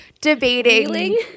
debating